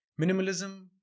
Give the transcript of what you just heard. minimalism